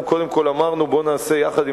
אנחנו קודם כול אמרנו: בואו נעשה יחד עם